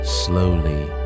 slowly